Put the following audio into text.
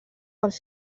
pels